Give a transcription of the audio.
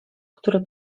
który